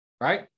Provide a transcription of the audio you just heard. Right